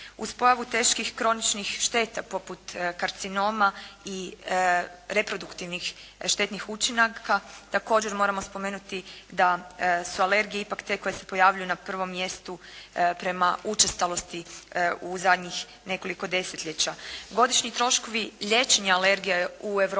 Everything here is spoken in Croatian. Uz pojavu teških kroničnih šteta poput karcinoma i reproduktivnih štetnih učenika također moramo spomenuti da su alergije ipak te koje se pojavljuju na prvom mjestu prema učestalosti u zadnjih nekoliko desetljeća. Godišnji troškovi liječenja alergija u Europi